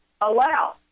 allow